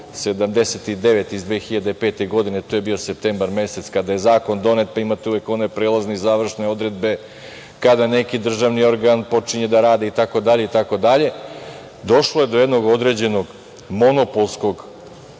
79 iz 2005. godine, to je bio septembar mesec, kada je zakon donet, imate uvek one prelazne i završne odredbe kada neki državni organ počinje da radi itd, došlo je do jednog određenog monopolskog